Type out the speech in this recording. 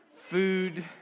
Food